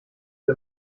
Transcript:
wir